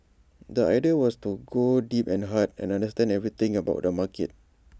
the idea was to go deep and hard and understand everything about the market